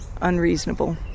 unreasonable